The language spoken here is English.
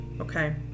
Okay